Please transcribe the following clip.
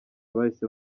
bahise